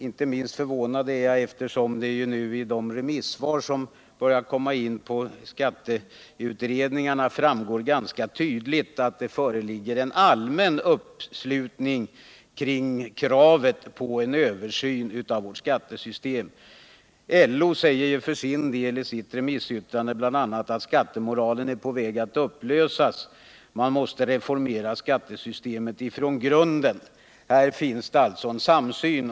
Inte minst förvånad är jag eftersom det nu, av de remissvar som börjar komma in på skatteutredningarna, framgår ganska tydligt att det föreligger en allmän uppslutning kring kravet på en översyn av vårt skattesystem. LO säger i sitt remissyttrande bl.a. att skattemoralen är på väg att upplösas, att man måste reformera skattesystemet från grunden. Här finns alltså en samsyn.